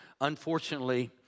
unfortunately